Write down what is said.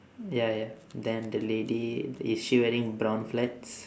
ya ya then the lady is she wearing brown flats